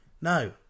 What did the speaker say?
No